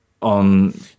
on